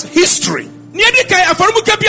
history